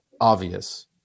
obvious